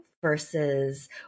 versus